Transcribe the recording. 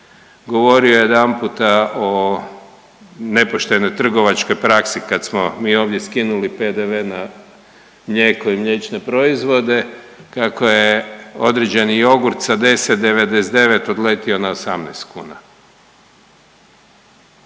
govorio jedanputa o nepoštenoj trgovačkoj praksi kad smo mi ovdje skinuli PDV na mlijeko i mliječne proizvode, kako je određeni jogurt sa 10.99 odletio na 18 kn